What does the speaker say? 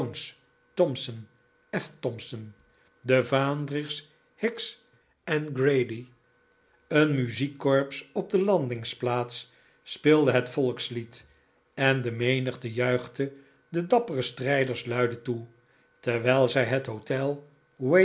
f thomson de vaandrigs hicks en grady een muziekcorps op de landingsplaats speelde het volkslied en de menigte juichte de dappere strijders luide toe terwijl zij het hotel